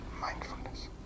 mindfulness